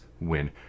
win